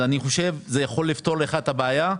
זה יכול לפתור לך את הבעיה.